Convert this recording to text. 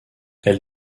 elle